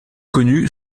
connue